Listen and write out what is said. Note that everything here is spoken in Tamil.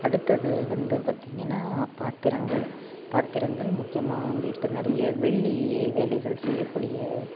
அடுத்தது வந்து பார்த்திங்கன்னா பாத்திரங்கள் பாத்திரங்கள் முக்கியமாக வந்து இப்போ நிறைய வெள்ளி வேலைகள் செய்யக்கூடிய